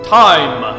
time